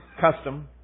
custom